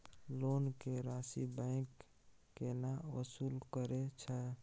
Loan के राशि bank केना वसूल करे छै?